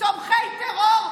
תומכי טרור.